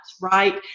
right